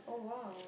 oh !wow!